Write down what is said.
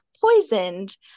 poisoned